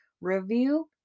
review